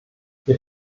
ihr